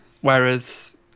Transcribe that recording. Whereas